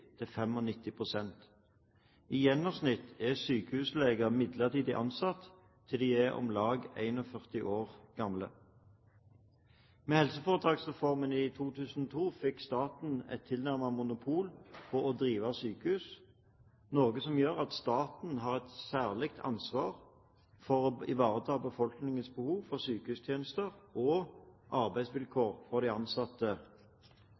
I gjennomsnitt er sykehusleger midlertidig ansatt til de er om lag 41 år gamle. Med helseforetaksreformen i 2002 fikk staten tilnærmet monopol på å drive sykehus, noe som gjør at staten har et særlig ansvar for å ivareta befolkningens behov for sykehustjenester og